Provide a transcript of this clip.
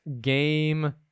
game